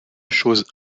chose